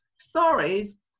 stories